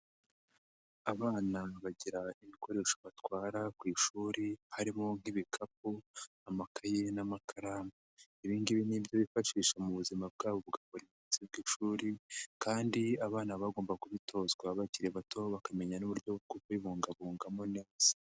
Abana bagira ibikoresho batwara ku ishuri harimo nk'ibikapu, amakayi n'amakaramu, ibi ngibi nibyo bifashisha mu buzima bwabo bwa buri munsi bw'ishuri kandi abana baba bagomba kubitozwa bakiri bato, bakamenya n'uburyo bwo kubibungabungamo neza.